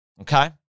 okay